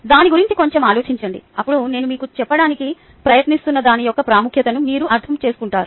దాని గురించి కొంచెం ఆలోచించండి అప్పుడు నేను మీకు చెప్పడానికి ప్రయత్నిస్తున్న దాని యొక్క ప్రాముఖ్యతను మీరు అర్థం చేసుకుంటారు